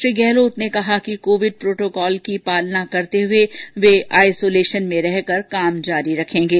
श्री गहलोत ने कहा कि कोविड प्रोटोकॉल का पालन करते हुए आईसोलेशन में रहकर काम जारी रखेंगे